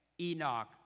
Enoch